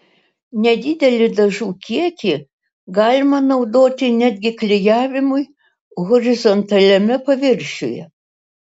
nedidelį dažų kiekį galima naudoti netgi klijavimui horizontaliame paviršiuje